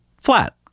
flat